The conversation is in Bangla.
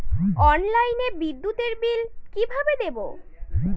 অনলাইনে বিদ্যুতের বিল কিভাবে দেব?